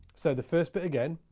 so, the first bit again.